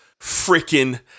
freaking